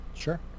Sure